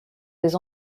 les